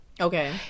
okay